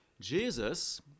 Jesus